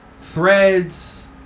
Threads